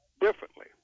differently